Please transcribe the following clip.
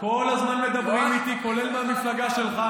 כל הזמן מדברים איתי, כולל מהמפלגה שלך.